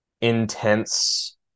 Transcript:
intense